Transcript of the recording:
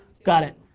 got it.